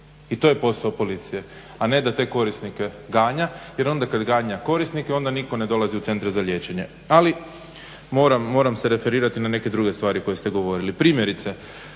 I to je posao policije, a ne da te korisnike ganja. Jer onda kad ganja korisnike onda nitko ne dolazi u centre za liječenje. Ali moram se referirati na neke druge stravi koje ste govorili. Primjerice,